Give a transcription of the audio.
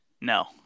No